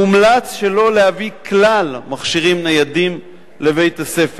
מומלץ שלא להביא כלל מכשירים ניידים לבית-הספר.